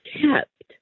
kept